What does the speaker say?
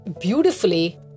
beautifully